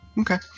Okay